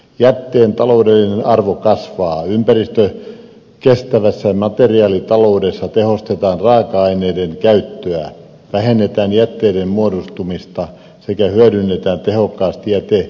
jätteen taloudellinen arvo kasvaa ympäristökestävässä materiaalitaloudessa tehostetaan raaka aineiden käyttöä vähennetään jätteiden muodostumista sekä hyödynnetään tehokkaasti jätemateriaaleja